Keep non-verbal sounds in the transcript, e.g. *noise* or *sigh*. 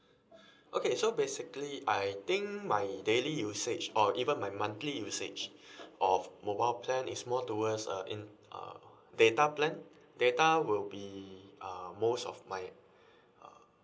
*breath* okay so basically I think my daily usage or even my monthly usage *breath* of mobile plan is more towards uh in uh data plan data will be uh most of my *breath* uh